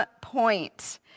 point